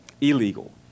illegal